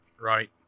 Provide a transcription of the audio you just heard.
right